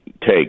take